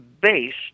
based